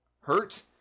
Hurt